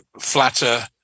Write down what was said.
flatter